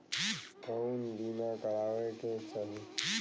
कउन बीमा करावें के चाही?